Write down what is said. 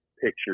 pictures